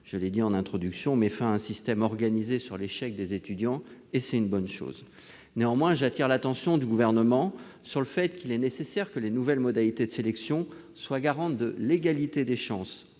de la Paces met fin à un système organisé sur l'échec des étudiants, et c'est une bonne chose. Néanmoins, j'attire l'attention du Gouvernement : il est nécessaire que les nouvelles modalités de sélection soient garantes de l'égalité des chances